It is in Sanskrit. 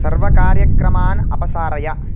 सर्वकार्यक्रमान् अपसारय